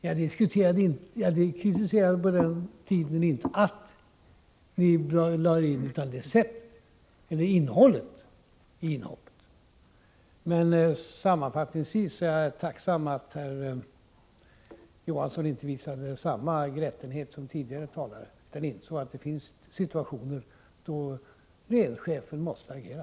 Jag kritiserade på den tiden inte att regeringen lade sig i förhandlingsarbetet utan innehållet i inhoppet. Sammanfattningsvis vill jag säga att jag är tacksam för att herr Johansson inte visade samma grättenhet som tidigare talare utan insåg att det finns situationer då en regeringschef måste agera.